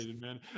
man